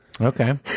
Okay